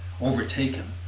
overtaken